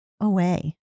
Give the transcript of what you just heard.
away